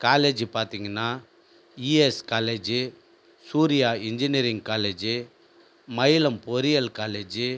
college பார்த்திங்கன்னா ES காலேஜ்ஜி Surya engineering காலேஜ்ஜி மயிலம் பொறியியல் காலேஜ்ஜி